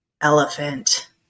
elephant